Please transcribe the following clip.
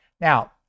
Now